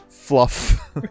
fluff